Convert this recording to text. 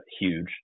huge